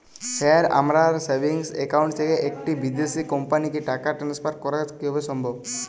Sir আমার savings account থেকে একটি বিদেশি কোম্পানিকে টাকা ট্রান্সফার করা কীভাবে সম্ভব?